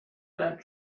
that